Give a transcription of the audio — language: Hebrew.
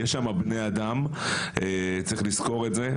יש שם בני אדם, צריך לזכור את זה.